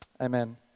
Amen